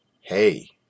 hey